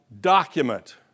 document